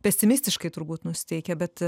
pesimistiškai turbūt nusiteikę bet